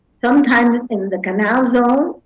sometimes in the canal zone,